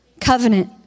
Covenant